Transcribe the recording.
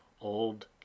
old